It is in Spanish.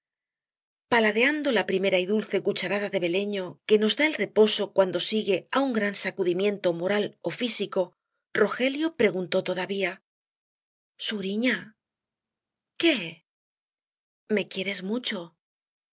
paladeando la primera y dulce cucharada de beleño que nos da el reposo cuando sigue á un gran sacudimiento moral ó físico rogelio preguntó todavía suriña qué me quieres mucho